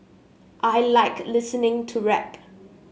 I like listening to rap